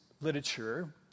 literature